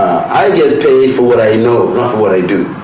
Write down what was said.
i get paid for what i know, not for what i do.